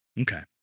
Okay